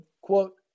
quote